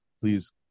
Please